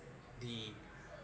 the